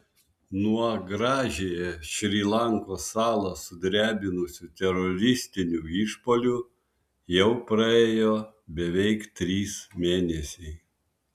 nuo gražiąją šri lankos salą sudrebinusių teroristinių išpuolių jau praėjo beveik trys mėnesiai